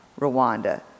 Rwanda